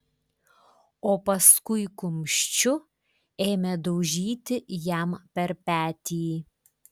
o paskui kumščiu ėmė daužyti jam per petį